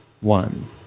one